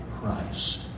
Christ